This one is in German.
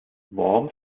worms